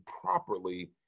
properly